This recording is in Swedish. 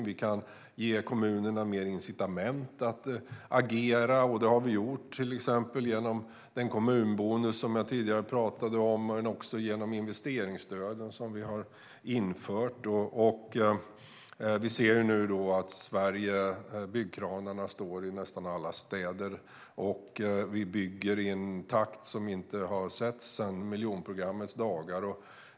Vi kan ge kommunerna mer incitament att agera, och det har vi gjort till exempel genom den kommunbonus som jag tidigare pratade om men också genom investeringsstöden, som vi har infört. Vi ser nu att det står byggkranar i nästan alla städer i Sverige, och vi bygger i en takt som inte har setts sedan miljonprogrammets dagar.